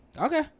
Okay